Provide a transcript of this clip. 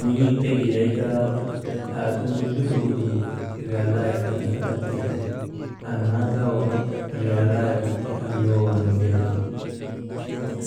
Mun̰ik ta giday kaa, aasuŋun lutogu dum riyalaayek kan ti drak tee ti. Annaa taa waŋ riylaayegu tii an yowoo nu nuujegu ti.